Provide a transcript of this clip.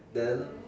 then